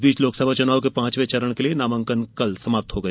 इस बीच लोकसभा चुनाव के पांचवें चरण के लिए नामांकन कल समाप्त हो गया